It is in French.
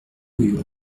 rue